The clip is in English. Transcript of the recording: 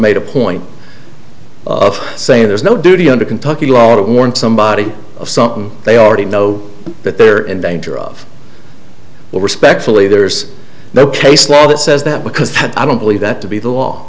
made a point of saying there's no duty under kentucky law to warrant somebody something they already know that they're in danger of or respectfully there's no case law that says that because i don't believe that to be the law